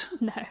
No